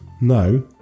no